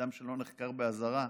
אדם שלא נחקר באזהרה,